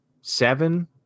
seven